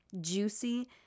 juicy